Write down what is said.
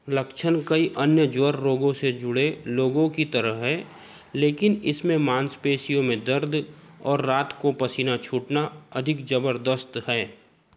लक्षण कई अन्य ज्वर रोगों से जुड़े लोगों की तरह हैं लेकिन इसमें मांसपेशियों में दर्द और रात को पसीना छूटना अधिक ज़बर्दस्त हैं